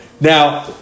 Now